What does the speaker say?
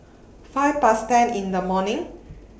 five Past ten in The morning